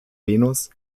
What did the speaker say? venus